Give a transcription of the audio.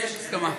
יש הסכמה.